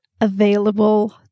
available